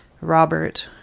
Robert